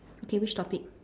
okay which topic